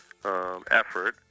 effort